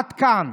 עד כאן.